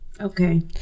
okay